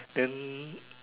then